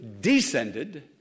descended